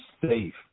safe